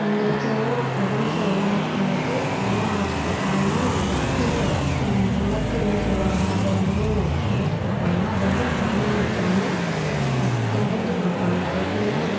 எங்கள் வீட்டுலல்லாம் உடம்பு சரியில்லாமல் இருக்கும்போது என்ன ஆச்சுக் கொடுப்பாங்கன்னா கீரை மொளைக்கீரனு சொல்வாங்க அதை வந்து சமைச்சுக் கொடுப்பாங்க அதை வந்து குழம்பு வைக்காமல் கடஞ்சு கொடுப்பாங்க எப்படின்னா